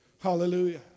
Hallelujah